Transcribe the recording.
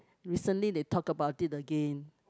recently they talk about it again